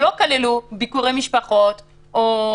שלא כללו ביקורי משפחות או